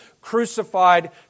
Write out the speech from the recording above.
crucified